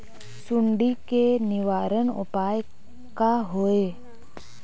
सुंडी के निवारण उपाय का होए?